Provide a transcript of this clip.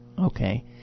Okay